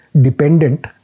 dependent